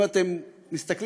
אם אתם מסתכלים,